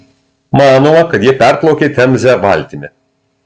manoma kad jie perplaukė temzę valtimi